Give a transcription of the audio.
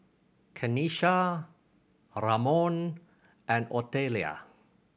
Kenisha Ramon and Otelia